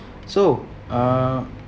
so uh